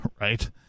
Right